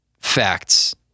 facts